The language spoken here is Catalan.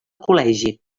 col·legi